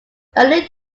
early